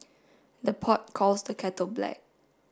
the pot calls the kettle black